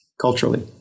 culturally